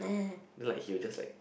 then like he'll just like